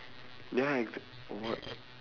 ya it's about